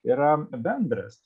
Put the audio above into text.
yra bendras